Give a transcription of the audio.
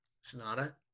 Sonata